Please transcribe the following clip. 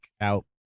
out